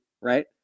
right